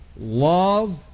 Love